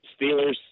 Steelers